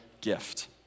gift